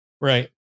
right